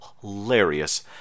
hilarious